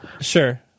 Sure